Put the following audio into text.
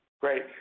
Great